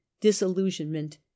disillusionment